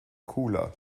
cooler